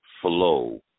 flow